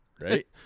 right